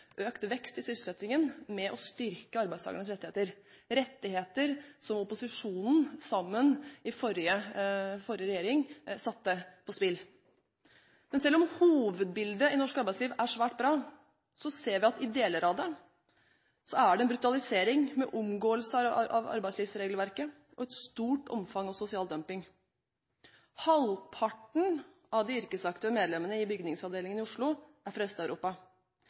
økt vekst i sysselsettingen med å styrke arbeidstakernes rettigheter – rettigheter som opposisjonen satte på spill. Men selv om hovedbildet i norsk arbeidsliv er svært bra, ser vi at det i deler av det er en brutalisering, med omgåelse av arbeidslivsregelverket og et stort omfang av sosial dumping. Halvparten av de yrkesaktive medlemmene i bygningsavdelingen i Oslo er fra